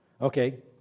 Okay